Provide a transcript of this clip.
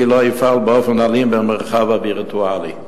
לא יפעל באופן אלים במרחב הווירטואלי.